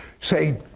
Say